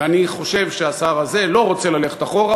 ואני חושב שהשר הזה לא רוצה ללכת אחורה,